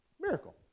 miracle